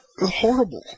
horrible